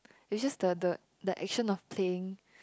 is just the the the action of playing